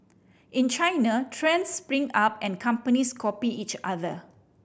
in China trends spring up and companies copy each other